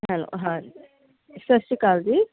hello ਹਾਂਜੀ ਸਤਿ ਸ਼੍ਰੀ ਅਕਾਲ ਜੀ